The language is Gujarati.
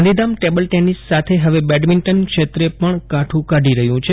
ગાંધીધામ ટેબલ ટેનીસ સાથે ફવે બેડમિંટન ક્ષેત્રે પણ કાઠ્ કાઢી રહ્યુ છે